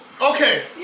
Okay